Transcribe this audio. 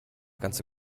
ganze